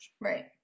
Right